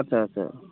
আচ্ছা আচ্ছা